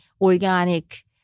organic